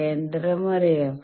കേന്ദ്രം അറിയാം